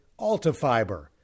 AltaFiber